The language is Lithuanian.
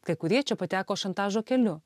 kai kurie čia pateko šantažo keliu